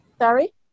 Sorry